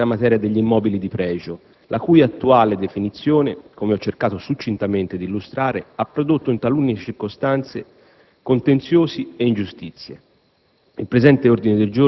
volte a riesaminare l'intera materia degli immobili di pregio, la cui attuale definizione, come ho cercato succintamente di illustrare, ha prodotto in talune circostanze contenziosi e ingiustizie.